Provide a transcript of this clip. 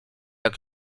jak